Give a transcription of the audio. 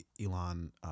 Elon